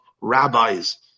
rabbis